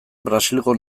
brasilgo